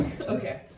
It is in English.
Okay